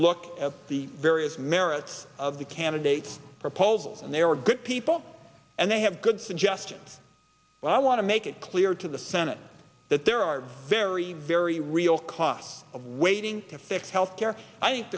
look at the various merits of the candidates proposals and they are good people and they have good suggestions but i want to make it clear to the senate that there are very very real costs of waiting to fix health care i think